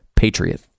Patriot